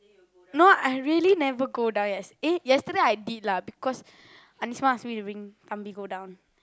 no I really never go yesterday I did lah because ask me to bring Thambi go down